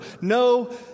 No